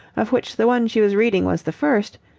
of which the one she was reading was the first,